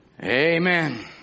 Amen